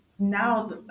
now